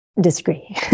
disagree